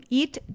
eat